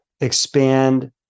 expand